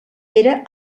era